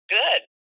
good